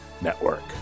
Network